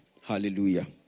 Hallelujah